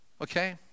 Okay